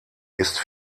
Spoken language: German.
ist